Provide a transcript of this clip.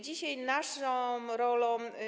Dzisiaj naszą rolą.